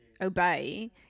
obey